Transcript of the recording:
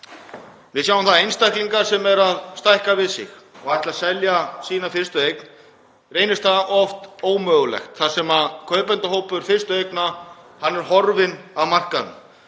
Við sjáum það að einstaklingum sem eru að stækka við sig og ætla að selja sína fyrstu eign reynist það oft ómögulegt þar sem kaupendahópur fyrstu eigna er horfinn af markaðnum.